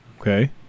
Okay